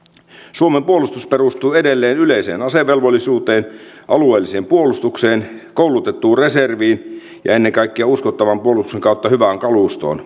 suomen puolustus perustuu edelleen yleiseen asevelvollisuuteen alueelliseen puolustukseen koulutettuun reserviin ja ennen kaikkea uskottavan puolustuksen kautta hyvään kalustoon